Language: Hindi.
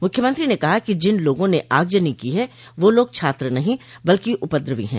मुख्यमंत्री ने कहा कि जिन लोगों ने आगजनी की है वह लोग छात्र नहीं बल्कि उपद्रवी है